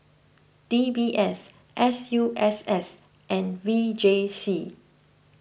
D B S S U S S and V J C